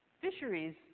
fisheries